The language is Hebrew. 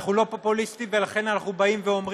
אנחנו לא פופוליסטים, ולכן אנחנו אומרים: